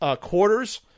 quarters